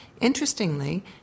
Interestingly